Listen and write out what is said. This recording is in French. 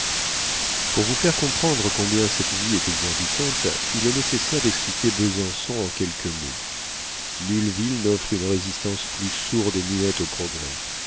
pour vous faire comprendre combien cette vie est exorbitante il est nécessaire d'expliquer besançon en quelques mots nulle ville n'offre une résistance plus sourde et muette au progrès